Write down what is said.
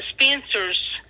Spencer's